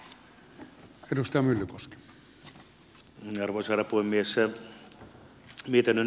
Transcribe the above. arvoisa herra puhemies